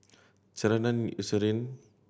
Ceradan Eucerin